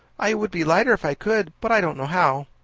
i would be lighter if i could, but i don't know how.